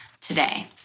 today